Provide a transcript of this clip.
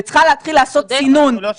וצריכה להתחיל לעשות סינון.